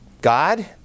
God